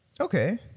Okay